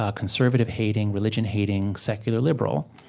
ah conservative-hating, religion-hating, secular liberal.